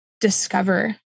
discover